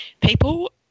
people